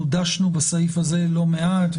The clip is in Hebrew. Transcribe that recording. אנחנו דשנו בסעיף הזה לא מעט,